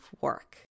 work